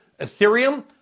Ethereum